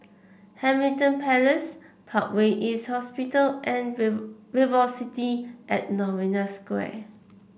Hamilton Place Parkway East Hospital and Velocity At Novena Square